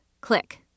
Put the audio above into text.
Click